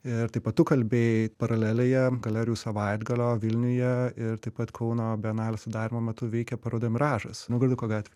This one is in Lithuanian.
ir taip pat tu kalbėjai paralelėje galerijų savaitgalio vilniuje ir taip pat kauno bienalių sudarymo metu veikė paroda miražas naugarduko gatvėje